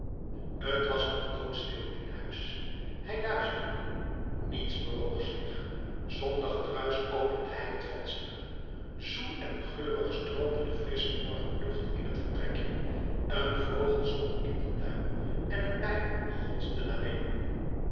t was nog doodstil in huis hij luisterde niets bewoog zich zonder gedruisch opende hij het venster zoel en geurig stroomde de frissche morgenlucht in het vertrekje een vogel zong in den tuin en een bij gonsde naar binnen